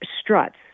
struts